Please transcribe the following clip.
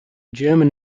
german